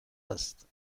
است